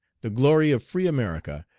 the glory of free america,